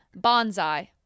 Bonsai